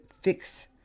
fix